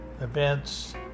events